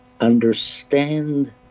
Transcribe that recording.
understand